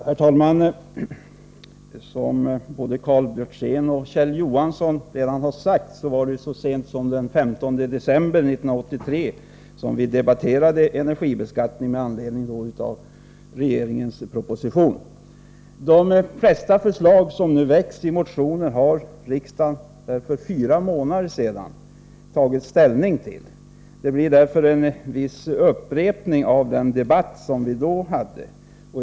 Herr talman! Som både Karl Björzén och Kjell Johansson har sagt var det så sent som den 15 december 1983 som vi debatterade energibeskattning, då med anledning av regeringens proposition. De flesta förslag som väcks i motionen har riksdagen för fyra månader sedan tagit ställning till. Det blir därför en viss upprepning av den debatt som vi då hade.